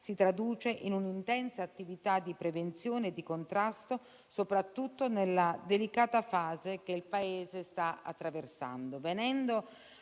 si traduce in un'intensa attività di prevenzione e di contrasto, soprattutto nella delicata fase che il Paese sta attraversando.